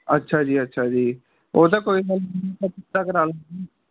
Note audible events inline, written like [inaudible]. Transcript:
ਅੱਛਾ ਜੀ ਅੱਛਾ ਜੀ ਉਹ ਤਾਂ ਕੋਈ ਗੱਲ ਨਹੀਂ [unintelligible] ਕਿਸ਼ਤਾਂ ਕਰਾ ਲਵਾਂਗੇ